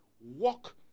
walk